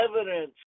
evidence